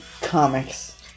comics